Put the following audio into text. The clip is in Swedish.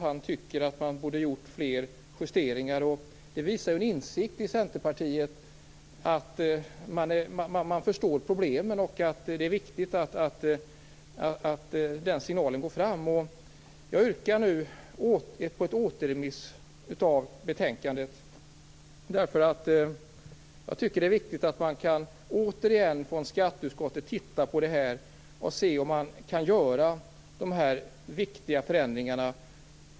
Han tycker att man borde ha gjort fler justeringar. Det visar att det finns en insikt i Centerpartiet, att man förstår problemen. Det är viktigt att den signalen går fram. Jag yrkar nu återremiss av betänkandet, därför att jag tycker att det är viktigt att skatteutskottet återigen kan undersöka frågan och se efter om man kan göra de här viktiga förändringarna.